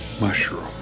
mushroom